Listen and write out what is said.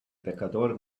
pecador